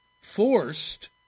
forced